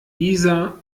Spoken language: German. isa